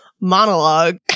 monologue